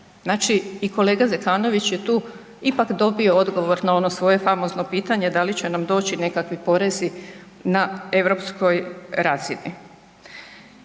Znači, i kolega Zekanović je tu ipak dobio odgovor na ono svoje famozno pitanje da li će nam doći nekakvi porezi na europskoj razini.